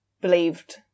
believed